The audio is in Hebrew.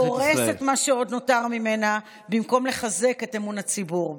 דורס את מה שעוד נותר ממנה במקום לחזק את האמון הציבור בה.